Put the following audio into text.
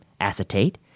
acetate